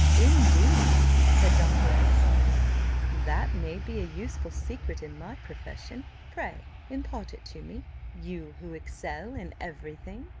indeed! said dr. x, smiling that may be a useful secret in my profession pray impart it to me you who excel in every thing.